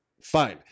Fine